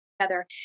together